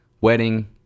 wedding